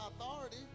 authority